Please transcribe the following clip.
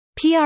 PR